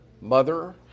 mother